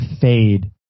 fade